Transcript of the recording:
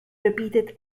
repeated